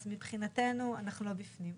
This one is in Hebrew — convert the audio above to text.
אז מבחינתנו אנחנו לא בפנים.